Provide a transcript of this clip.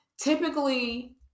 typically